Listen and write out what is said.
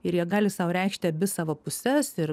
ir jie gali sau reikšti abi savo puses ir